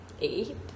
Eight